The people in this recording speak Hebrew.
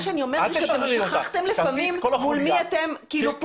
אני אומרת שלפעמים שכחתם מול מי אתם פועלים.